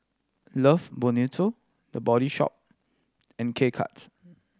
Love Bonito The Body Shop and K Cuts